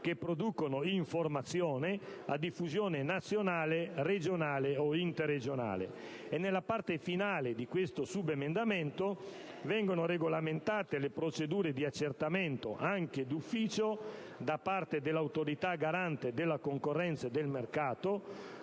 che producono informazione a diffusione nazionale, regionale o interregionale». Nella parte finale di questo subemendamento vengono regolamentate le procedure di accertamento, anche d'ufficio, da parte dell'Autorità garante della concorrenza e del mercato,